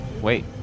wait